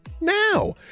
now